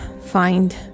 find